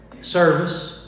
service